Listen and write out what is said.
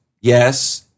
yes